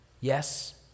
Yes